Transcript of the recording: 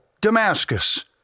Damascus